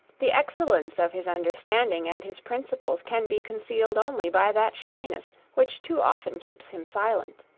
the excellence of his understanding and his principles can be concealed only by that shyness which too often keeps him silent.